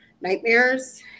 nightmares